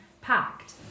packed